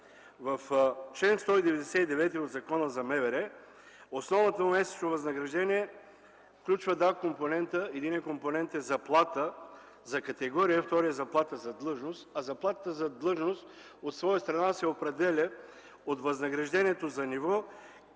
в чл. 199 от Закона за МВР основното месечно възнаграждение включва два компонента: единият компонент е заплата за категория, вторият – заплата за длъжност. Заплатата за длъжност, от своя страна, се определя от възнаграждението за ниво